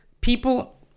people